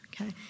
Okay